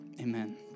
amen